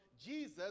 Jesus